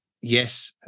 yes